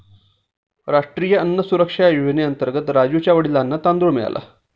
राष्ट्रीय अन्न सुरक्षा योजनेअंतर्गत राजुच्या वडिलांना तांदूळ मिळाला